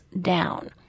down